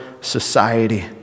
society